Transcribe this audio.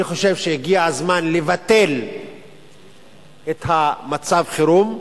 אני חושב שהגיע הזמן לבטל את מצב החירום,